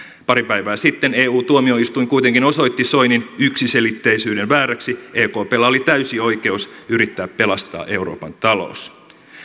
pari päivää sitten eu tuomioistuin kuitenkin osoitti soinin yksiselitteisyyden vääräksi ekpllä oli täysi oikeus yrittää pelastaa euroopan talous